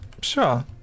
sure